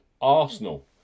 Arsenal